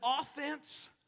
offense